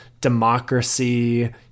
democracy